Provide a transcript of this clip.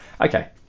Okay